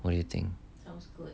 what do you think